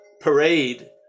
parade